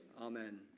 Amen